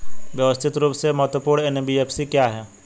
व्यवस्थित रूप से महत्वपूर्ण एन.बी.एफ.सी क्या हैं?